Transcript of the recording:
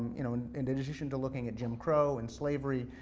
you know, and in addition to looking at jim crow, and slavery,